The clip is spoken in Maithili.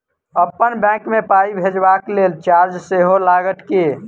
अप्पन बैंक मे पाई भेजबाक लेल चार्ज सेहो लागत की?